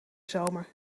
zomer